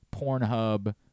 Pornhub